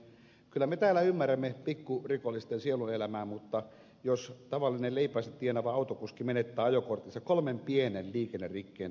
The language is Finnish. kyllä me täällä ymmärrämme pikkurikollisten sielunelämää mutta jos tavallinen leipänsä tienaava autokuski menettää ajokorttinsa kolmen pienen liikennerikkeen takia niin se ei ole kohtuullista